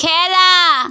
খেলা